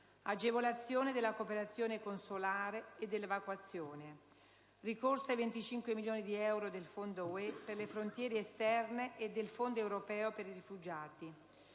un'agevolazione della cooperazione consolare e dell'evacuazione; il ricorso ai 25 milioni di euro del Fondo UE per le frontiere esterne e del Fondo europeo per i rifugiati;